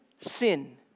sin